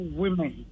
women